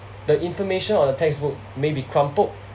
the information on the textbook may be crumpled